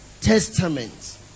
Testament